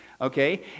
Okay